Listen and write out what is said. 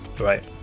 right